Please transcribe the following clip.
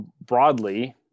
broadly